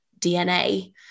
DNA